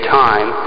time